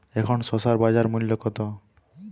এখন শসার বাজার মূল্য কত?